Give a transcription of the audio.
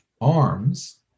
arms